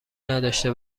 نداشته